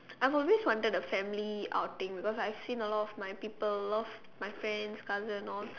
I've always wanted a family outing because I've seen a lot of my people a lot of my friends cousin all